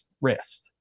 wrist